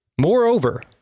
Moreover